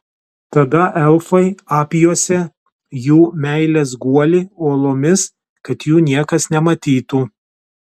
tada elfai apjuosė jų meilės guolį uolomis kad jų niekas nematytų